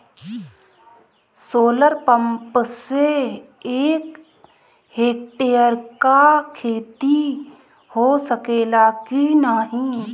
Solar pump से एक hectare क खेती हो सकेला की नाहीं?